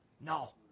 No